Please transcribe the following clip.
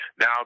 now